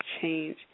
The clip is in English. change